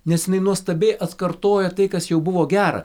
nes jinai nuostabiai atkartoja tai kas jau buvo gera